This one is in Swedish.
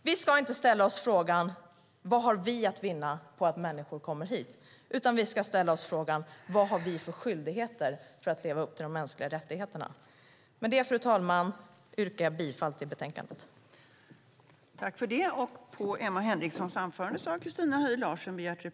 Vi ska inte ställa oss frågan: Vad har vi att vinna på att människor kommer hit? Vi ska ställa oss frågan: Vad har vi för skyldigheter för att leva upp till de mänskliga rättigheterna? Med det, fru talman, yrkar jag bifall till förslaget i betänkandet.